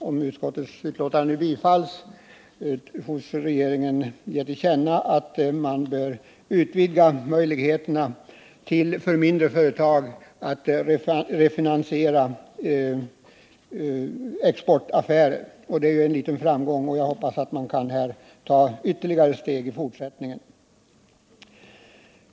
Om utskottets hemställan bifalles, skall riksdagen ge regeringen till känna att man bör utvidga möjligheterna för mindre företag att refinansiera exportaffärer. Det är ett litet framsteg, och jag hoppas att man i fortsättningen kan ta ytterligare steg.